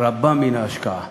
רבה מן ההשקעה.